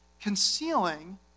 Concealing